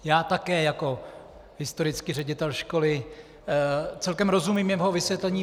Já také jako historický ředitel školy celkem rozumím jeho vysvětlení.